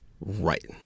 Right